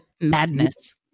madness